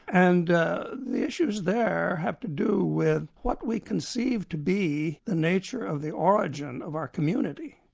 and the the issues there have to do with what we conceive to be the nature of the origin of our community.